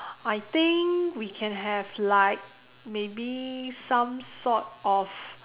I think we can have like maybe some sort of